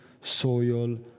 soil